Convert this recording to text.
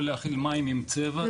יכול להכיל מים עם צבע,